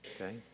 okay